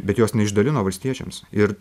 bet jos neišdalino valstiečiams ir